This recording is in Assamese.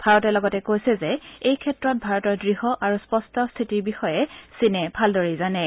ভাৰতে লগতে কৈছে যে এইক্ষেত্ৰত ভাৰতৰ দ্ঢ় আৰু স্পষ্ট স্থিতিৰ বিষয়ে চীনে ভালদৰে জানে